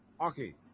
Okay